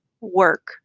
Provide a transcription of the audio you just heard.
work